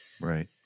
Right